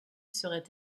seraient